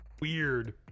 Weird